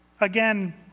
Again